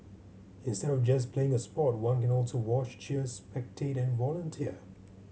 instead of just playing a sport one can also watch cheers spectate and volunteer